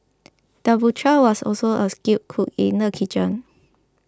the butcher was also a skilled cook in the kitchen